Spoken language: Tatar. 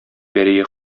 пәрие